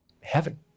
heaven